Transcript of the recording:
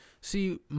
See